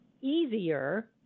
easier